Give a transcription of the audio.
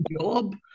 job